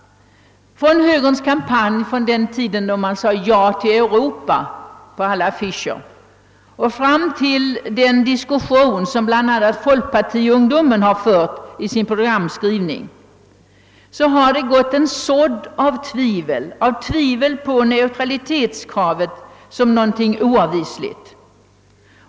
Från högerns kampanj från den tiden, då man sade »ja till Europa» på alla affischer, och fram till den diskussion som bl.a. folkpartiungdomen har fört i sin programskrivning, har man sått tvivel på neutralitetskravet som något oavvisligt.